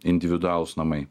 individualūs namai